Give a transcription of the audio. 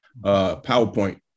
PowerPoint